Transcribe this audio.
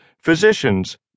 physicians